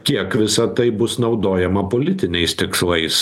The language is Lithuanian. kiek visa tai bus naudojama politiniais tikslais